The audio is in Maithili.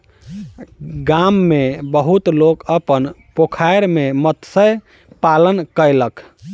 गाम में बहुत लोक अपन पोखैर में मत्स्य पालन कयलक